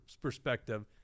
perspective